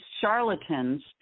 charlatans